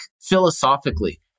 philosophically